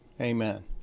Amen